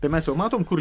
tai mes jau matom kur